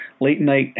late-night